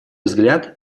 взгляд